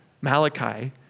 Malachi